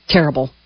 Terrible